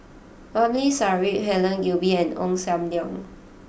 Ramli Sarip Helen Gilbey and Ong Sam Leong